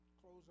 close